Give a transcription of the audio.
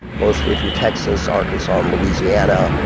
mostly from texas, arkansas, and louisiana.